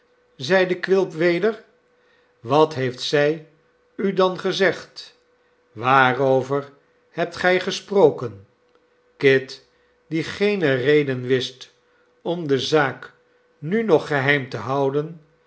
zeide quilp weder wat heeft zij u dan gezegd waarover hebt gij gesproken kit die geene reden wist om de zaak nu nog geheim te houden